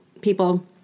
people